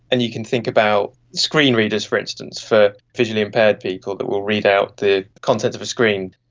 and you can think about screen readers, for instance, for visually impaired people that will read out the contents of a screen.